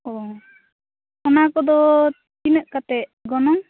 ᱚ ᱚᱱᱟ ᱠᱚᱫᱚ ᱛᱤᱱᱟ ᱜ ᱠᱟᱛᱮᱫ ᱜᱚᱱᱚᱝ